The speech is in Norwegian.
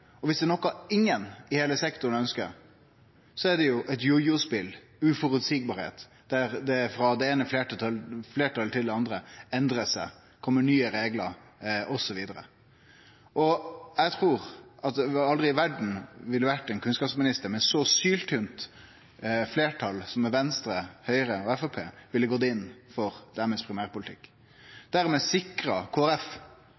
og viss det er noko ingen i heile sektoren ønskjer, så er det eit jojo-spel, at det ikkje er føreseieleg, at det går frå det eine fleirtalet til det andre, at det endrar seg, at det kjem nye reglar, osv. Eg trur at ein kunnskapsminister med eit så syltynt fleirtal som med Venstre, Høgre og Framstegspartiet aldri i verda ville gått inn for